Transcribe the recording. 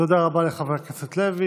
תודה רבה לחבר הכנסת לוי.